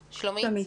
להתייחס.